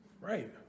Right